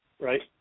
right